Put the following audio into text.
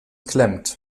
klemmt